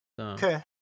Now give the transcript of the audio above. Okay